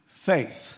Faith